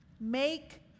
Make